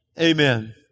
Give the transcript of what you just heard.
amen